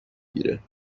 گیره